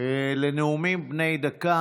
של נאומים בני דקה.